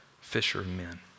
fishermen